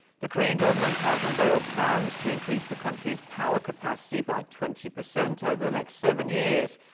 the korean government has unveiled plans to increase the country's power capacity by twenty percent over the next seven years.